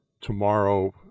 tomorrow –